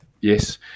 Yes